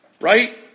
Right